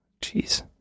Jeez